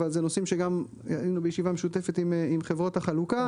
אבל זה נושאים שגם היינו בישיבה משותפת עם חברות החלוקה.